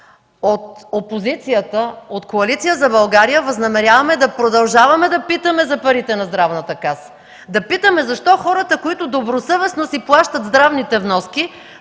от опозицията, от Коалиция за България възнамеряваме да продължаваме да питаме за парите на Здравната каса. Да питаме защо хората, които добросъвестно си плащат здравните вноски,